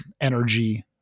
energy –